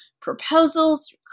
proposals